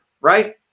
Right